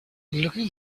looking